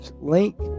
link